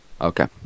Okay